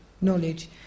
knowledge